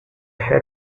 head